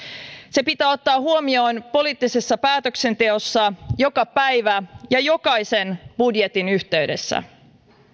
se pitää ottaa huomioon poliittisessa päätöksenteossa joka päivä ja jokaisen budjetin yhteydessä